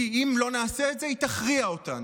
כי אם לא נעשה את זה, היא תכריע אותנו.